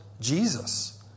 Jesus